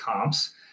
comps